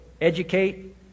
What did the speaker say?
educate